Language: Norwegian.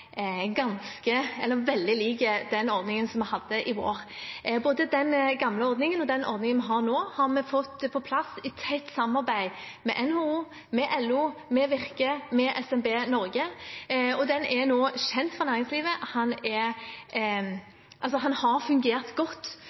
veldig lik den ordningen vi hadde i vår. Både den gamle ordningen og den ordningen vi har nå, har vi fått på plass i tett samarbeid med NHO, LO, Virke og SMB Norge. Den er nå kjent for næringslivet, og den har fungert godt